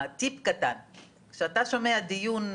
כלומר,